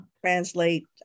translate